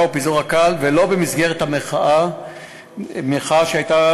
אני לא יודע ממה הוא, שאלת,